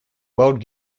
world